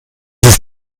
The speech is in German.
ist